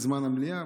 בזמן המליאה,